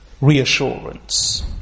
reassurance